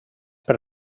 per